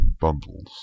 bundles